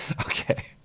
Okay